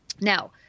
Now